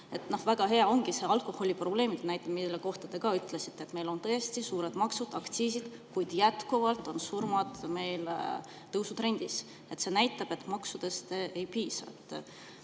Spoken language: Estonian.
Väga hea on see alkoholiprobleemide näide, mille kohta te ütlesite, et meil on tõesti suured maksud, aktsiisid, kuid jätkuvalt on surmad meil tõusutrendis. See näitab, et maksudest ei piisa.